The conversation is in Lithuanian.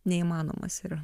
neįmanomas yra